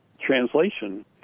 translation